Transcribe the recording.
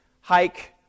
hike